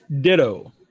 ditto